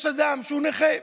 יש אדם שהוא נכה,